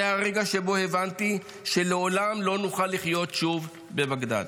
זה הרגע שבו הבנתי שלעולם לא נוכל לחיות שוב בבגדד.